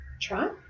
try